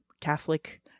Catholic